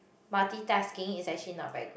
multitasking is actually not very good